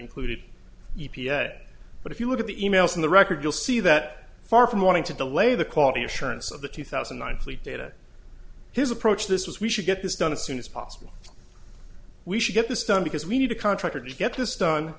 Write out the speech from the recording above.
included e p a ed but if you look at the e mails in the record you'll see that far from wanting to delay the quality assurance of the two thousand and nine fleet data his approach this was we should get this done as soon as possible we should get this done because we need a contractor to get this done